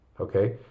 okay